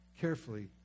Carefully